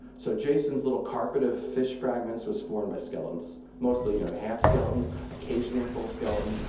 so jason's little carpet of fish fragments was formed by skeletons, mostly you know half skeletons, occasionally a full skeleton,